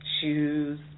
shoes